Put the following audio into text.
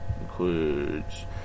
includes